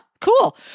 cool